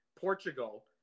Portugal